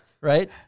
Right